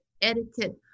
etiquette